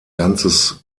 ganzes